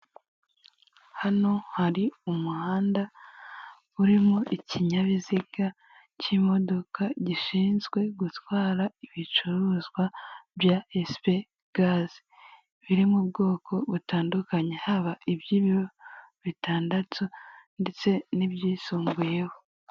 Hano hari umuhanda urimo ikinyabiziga cy'imodoka, gishinzwe gutwara ibicuruzwa bya esipegaze biri mu bwoko butandukanye, haba iby'ibiro bitandatu ndetse n'ibyisumbuyeho.